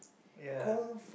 ya